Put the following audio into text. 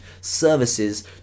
services